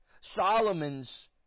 Solomon's